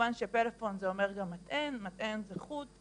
כמובן שפלאפון זה אומר גם מטען, מטען זה חוט,